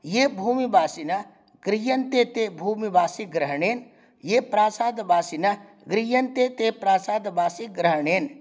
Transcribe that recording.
ये भूमिवासिनः गृह्यन्ते ते भूमिवासिग्रहणेन ये प्रासादवासिनः गृह्यन्ते ते प्रासादवासीग्रहणेन